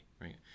right